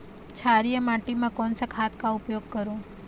क्षारीय माटी मा कोन सा खाद का उपयोग करों?